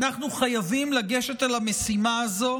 אנחנו חייבים לגשת אל המשימה הזו